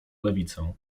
lewicę